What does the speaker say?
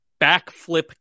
backflip